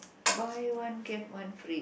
buy one get one free